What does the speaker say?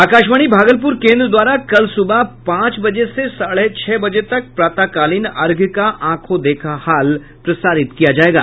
आकाशवाणी भागलपुर केन्द्र द्वारा कल सुबह पांच बजे से साढ़े छह बजे तक प्रातःकालीन अर्घ्य का आंखों देखा हाल प्रसारित किया जायेगा